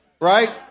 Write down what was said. right